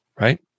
right